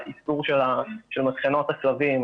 האיסור של מטחנות הכלבים,